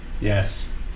Yes